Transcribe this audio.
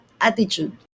attitude